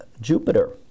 Jupiter